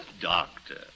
Doctor